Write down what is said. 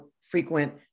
frequent